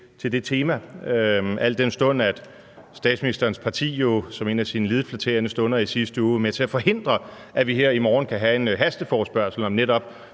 til det tema, al den stund at statsministerens parti jo som en af sine lidet flatterende stunder i sidste uge var med til at forhindre, at vi her i morgen kan have en hasteforespørgsel netop